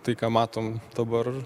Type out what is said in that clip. tai ką matome dabar